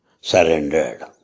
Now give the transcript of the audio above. surrendered